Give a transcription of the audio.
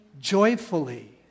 joyfully